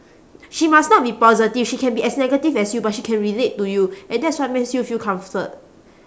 she must not be positive she can be as negative as you but she can relate to you and that's what makes you feel comfort